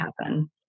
happen